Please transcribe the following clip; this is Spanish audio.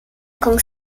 con